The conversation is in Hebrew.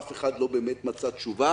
אף אחד לא באמת מצא תשובה.